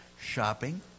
Shopping